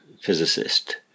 physicist